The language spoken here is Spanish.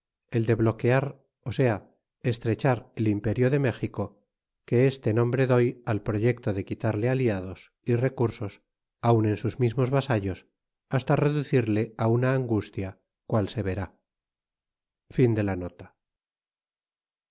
el de bloquear sea estrechar el imperio de méjico que este nombre doy al proyecto de quitarle aliados y recursos aun en sus sus mismos vasallos hasta reducirle una angustia cual se verá